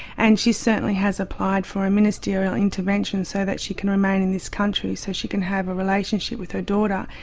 and she certainly has applied for a ministerial intervention so that she can remain in this country so that she can have a relationship with her daughter.